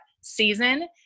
season